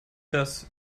dass